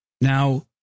Now